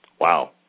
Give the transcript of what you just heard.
Wow